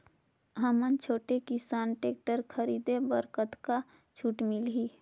हमन छोटे किसान टेक्टर खरीदे बर कतका छूट मिलही?